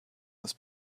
was